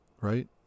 right